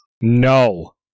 no